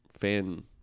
fan